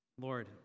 Lord